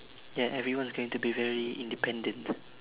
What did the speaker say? ya everyone is going to be very independent